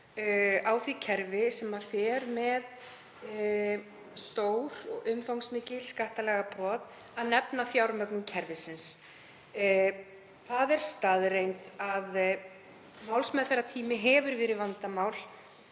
á því kerfi sem fer með stór og umfangsmikil skattalagabrot, en að nefna fjármögnun kerfisins. Það er staðreynd að málsmeðferðartími hefur verið vandamál